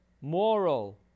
moral